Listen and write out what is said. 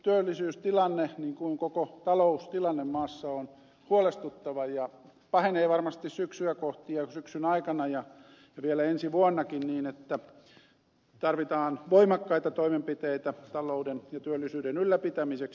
työllisyystilanne niin kuin koko taloustilanne maassa on huolestuttava ja pahenee varmasti syksyä kohti ja syksyn aikana ja vielä ensi vuonnakin niin että tarvitaan voimakkaita toimenpiteitä talouden ja työllisyyden ylläpitämiseksi